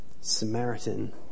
Samaritan